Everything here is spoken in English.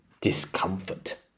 discomfort